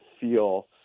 feel